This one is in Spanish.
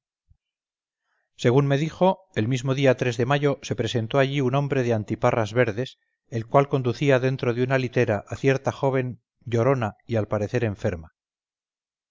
según me dijo el mismo día de mayo se presentó allí un hombre de antiparras verdes el cual conducía dentro de una litera a cierta joven llorona y al parecer enferma